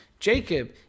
Jacob